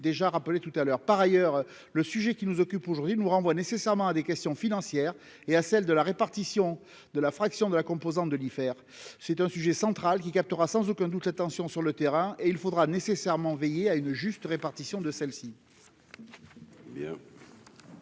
déjà rappelé tout à l'heure, par ailleurs, le sujet qui nous occupe aujourd'hui nous renvoie nécessairement à des questions financières et à celle de la répartition de la fraction de la composante de l'hiver, c'est un sujet central qui captera sans aucun doute l'tension sur le terrain et il faudra nécessairement veiller à une juste répartition de celle-ci.